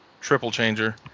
triple-changer